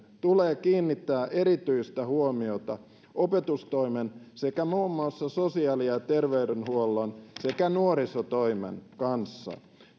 tulee kiinnittää erityistä huomiota opetustoimen sekä muun muassa sosiaali ja terveydenhuollon sekä nuorisotoimen kanssa